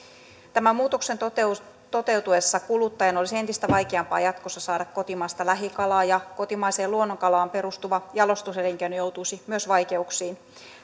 tämän muutoksen toteutuessa toteutuessa kuluttajan olisi entistä vaikeampaa jatkossa saada kotimaista lähikalaa ja kotimaiseen luonnonkalaan perustuva jalostuselinkeino joutuisi myös vaikeuksiin